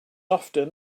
often